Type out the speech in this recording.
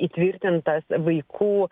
įtvirtintas vaikų